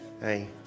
hey